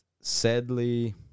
sadly